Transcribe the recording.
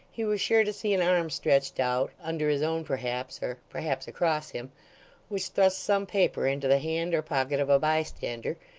he was sure to see an arm stretched out under his own perhaps, or perhaps across him which thrust some paper into the hand or pocket of a bystander,